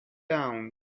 down